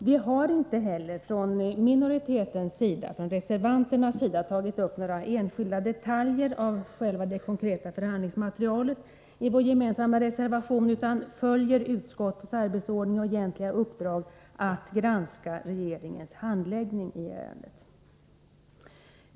Vi har inte heller från minoritetens sida — från reservanternas sida — tagit upp några enskilda detaljer av det konkreta förhandlingsmaterialet i vår gemensamma reservation utan följer utskottets arbetsordning och egentliga uppdrag, att granska regeringens handläggning av ärendet.